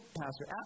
Pastor